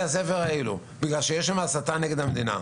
הספר האלה בגלל החשש להסתה נגד המדינה.